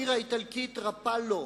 בעיר האיטלקית ראפאלו: